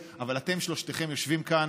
והוא כן קצת מיוחד בכנסת,